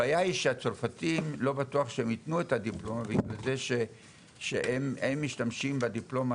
הבעיה שהצרפתים לא בטוח יתנו את הדיפלומה וזה שהם משתמשים בדיפלומה